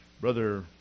Brother